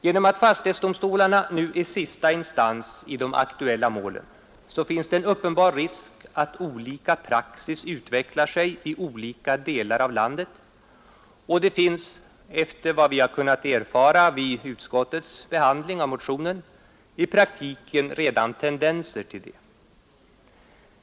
Genom att fastighetsdomstolarna nu är sista instans i de aktuella målen finns det en uppenbar risk för att olika praxis utvecklar sig i olika delar av landet, och det finns enligt vad vi har kunnat erfara vid utskottets behandling av motionen, i praktiken redan tendenser till det.